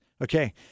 Okay